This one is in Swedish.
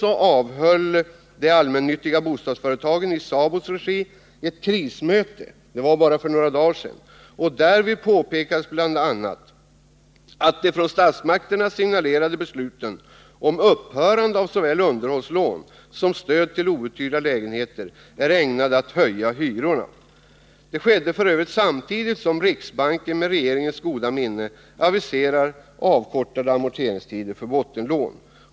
bara för några dagar sedan, avhöll de allmännyttiga bostadsföretagen i SABO:s regi ett krismöte. Därvid påpekades bl.a. att de från statsmakterna signalerade besluten om upphörande av såväl underhållslån som stöd till outhyrda lägenheter är ägnade att höja hyrorna. Detta sker f. ö. samtidigt som riksbanken med regeringens goda minne aviserar avkortade amorteringstider för bottenlån.